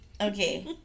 Okay